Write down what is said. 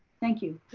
thank you.